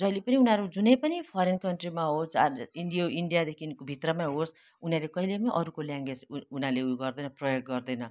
जहिले पनि उनीहरू जुनै पनि फरेन कन्ट्रीमा होस् चाहे यो इन्डियाादेखिको भित्रमै होस् उनीहरू कहिले पनि अर्को ल्याङ्ग्वेज उनीहरूले उयो गर्दैन प्रयोग गर्दैन